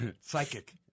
Psychic